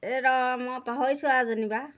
এই ৰ' মই পাহৰিছোঁ আৰু যেনিবা